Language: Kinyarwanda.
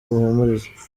ruhumuriza